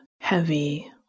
heavy